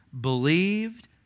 believed